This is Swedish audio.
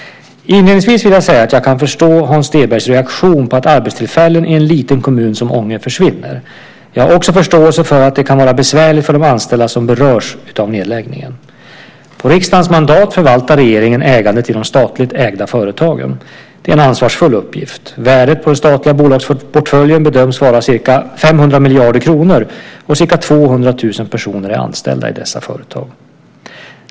Inledningsvis vill jag säga att jag kan förstå Hans Stenbergs reaktion på att arbetstillfällen i en liten kommun som Ånge försvinner. Jag har också förståelse för att det kan vara besvärligt för de anställda som berörs av nedläggningen. På riksdagens mandat förvaltar regeringen ägandet i de statligt ägda företagen. Det är en ansvarsfull uppgift. Värdet på den statliga bolagsportföljen bedöms vara ca 500 miljarder kronor och ca 200 000 personer är anställda i dessa företag.